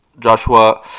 Joshua